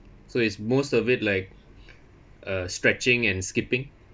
so is most of it like uh stretching and skipping